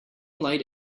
light